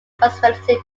proximity